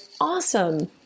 awesome